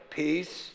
peace